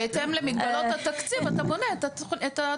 בהתאם למגבלות התקציב אתה בונה את התוכניות.